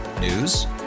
News